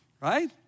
right